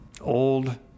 old